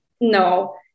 no